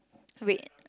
wait